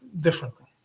differently